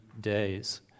days